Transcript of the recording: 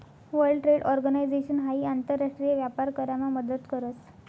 world Trade Organization हाई आंतर राष्ट्रीय व्यापार करामा मदत करस